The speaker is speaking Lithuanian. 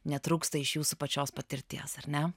netrūksta iš jūsų pačios patirties ar ne